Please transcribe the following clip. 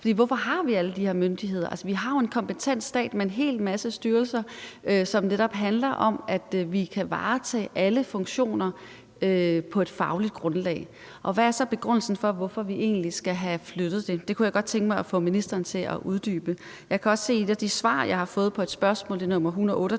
hvorfor har vi alle de her myndigheder? Altså, vi har jo en kompetent stat med en hel masse styrelser, som netop handler om, at vi kan varetage alle funktioner på et fagligt grundlag. Og hvad er så begrundelsen for, at vi egentlig skal have flyttet det? Det kunne jeg godt tænke mig at få ministeren til at uddybe. Jeg kan også se i et af de svar, jeg har fået på et spørgsmål, det er nr.